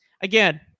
again